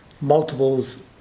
multiples